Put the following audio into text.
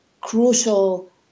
crucial